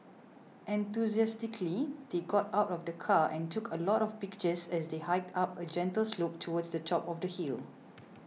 enthusiastically they got out of the car and took a lot of pictures as they hiked up a gentle slope towards the top of the hill